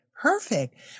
Perfect